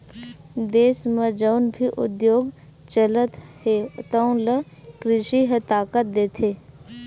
देस म जउन भी उद्योग चलत हे तउन ल कृषि ह ताकत देथे